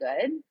good